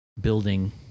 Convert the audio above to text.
building